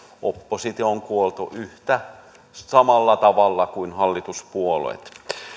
oppositiota on kuultu samalla tavalla kuin hallituspuolueita